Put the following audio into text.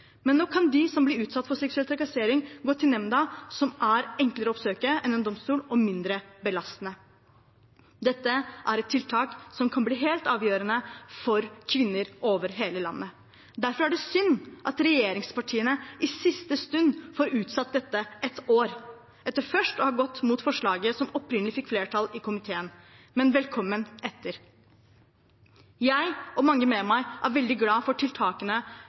Nå kan de som blir utsatt for seksuell trakassering, gå til nemnda, som er enklere å oppsøke enn en domstol og mindre belastende. Dette er et tiltak som kan bli helt avgjørende for kvinner over hele landet. Derfor er det synd at regjeringspartiene i siste stund får utsatt dette et år, etter først å ha gått imot forslaget som opprinnelig fikk flertall i komiteen – men velkommen etter. Jeg og mange med meg er veldig glad for tiltakene